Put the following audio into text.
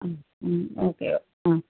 okay ആ